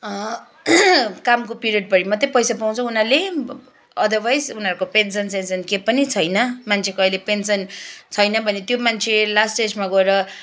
कामको पिरियड भरि मात्रै पैसा पाउँछ उनीहरूले अदरवाइज उनीहरूको पेन्सन सेन्सन के पनि छैन मान्छेको अहिले पेन्सन छैन भने त्यो मान्छे लास स्टेजमा गएर